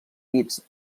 dits